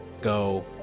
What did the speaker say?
go